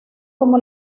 como